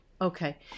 Okay